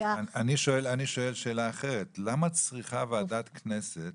אני שואל שאלה אחרת, למה צריכה וועדת כנסת